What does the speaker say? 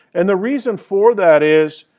and the reason for that is,